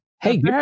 hey